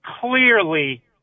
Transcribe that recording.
clearly